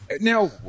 now